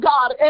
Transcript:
God